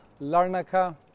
Larnaca